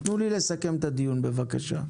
תנו לי לסכם את הדיון בבקשה.